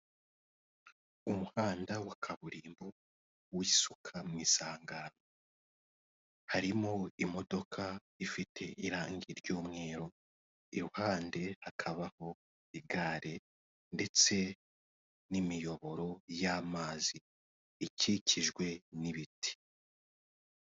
Umuhanda wa kaburimbo w'isuka mu isangagano harimo imodoka ifite irange ry'umweru iruhande hakabaho igare ndetse n'imiyoboro y'amazi ikikijwe n'ibiti.